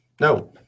No